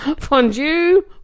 Fondue